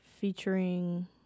featuring